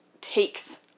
takes